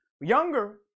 younger